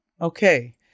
Okay